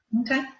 Okay